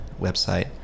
website